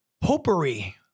Popery